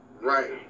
right